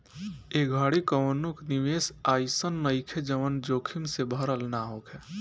ए घड़ी कवनो निवेश अइसन नइखे जवन जोखिम से भरल ना होखे